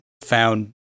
found